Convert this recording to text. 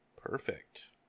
Perfect